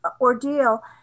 ordeal